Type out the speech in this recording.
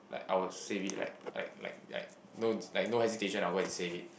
like I will save it like like like like no like no hesitation I will go and save it